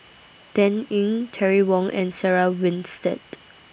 Dan Ying Terry Wong and Sarah Winstedt